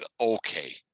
okay